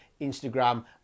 Instagram